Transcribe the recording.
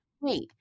wait